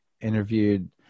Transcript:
interviewed